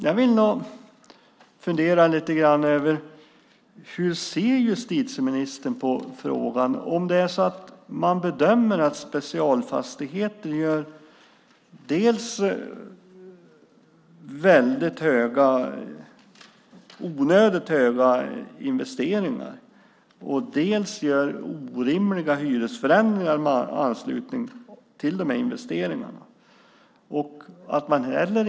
Jag vill nog fundera lite grann över detta: Hur ser justitieministern på frågan, om man bedömer att Specialfastigheter dels gör onödigt höga investeringar, dels gör orimliga hyresförändringar i anslutning till de här investeringarna?